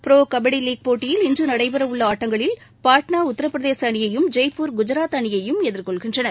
Pro Kabaddi League போட்டயில் இன்றுநடைபெறவுள்ள ஆட்டங்களில் பாட்னா உத்தரப்பிரதேசஅணியையும் ஜெய்ப்பூர் குஜராத் அணியையும் எதிர்கொள்கின்றன